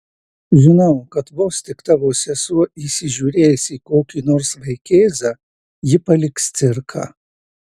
žinau kad vos tik tavo sesuo įsižiūrės į kokį nors vaikėzą ji paliks cirką